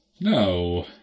No